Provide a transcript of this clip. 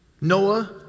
Noah